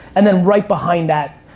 and then right behind that,